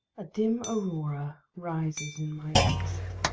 a dim aurora rises in my east,